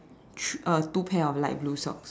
thr~ uh two pair of light blue socks